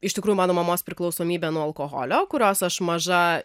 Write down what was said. iš tikrųjų mano mamos priklausomybė nuo alkoholio kurios aš maža